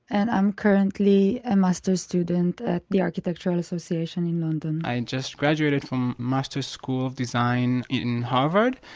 and i'm currently a masters student at the architectural association in london i and just graduated from masters school of design in harvard,